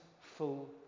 full